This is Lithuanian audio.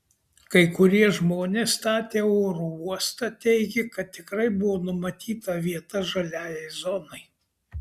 kai kurie žmonės statę oro uostą teigė kad tikrai buvo numatyta vieta žaliajai zonai